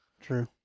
True